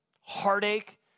heartache